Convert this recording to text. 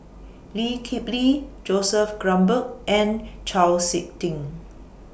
Lee Kip Lee Joseph Grimberg and Chau Sik Ting